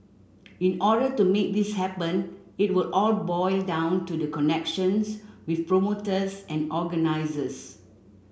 in order to make this happen it will all boil down to the connections with promoters and organisers